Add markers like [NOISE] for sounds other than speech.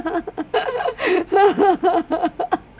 [LAUGHS]